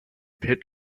pit